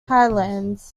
highlands